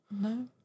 No